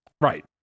Right